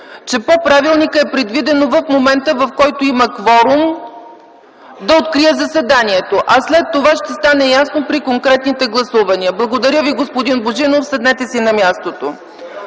че по правилника е предвидено в момента, в който има кворум, да открия заседанието. След това ще стане ясно при конкретните гласувания. Благодаря Ви, господин Божинов, седнете си на мястото.